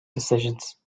decisions